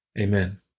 Amen